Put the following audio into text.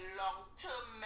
long-term